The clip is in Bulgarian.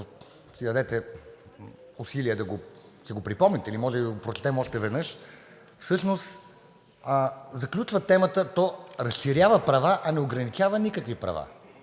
си дадете усилия да си го припомните или може би да го прочетем още веднъж, всъщност заключва темата, то разширява права, а не ограничава никакви права.